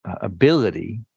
ability